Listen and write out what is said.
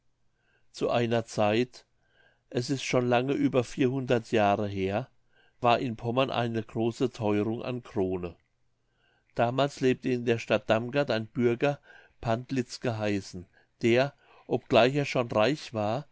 zu einer zeit es ist schon lange über vierhundert jahre her war in pommern eine große theurung an krone damals lebte in der stadt damgard ein bürger pantlitz geheißen der obgleich er schon reich war